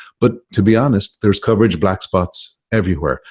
but to be honest, there's coverage black spots everywhere.